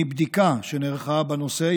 מבדיקה שנערכה בנושא,